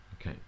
Okay